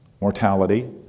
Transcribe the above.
mortality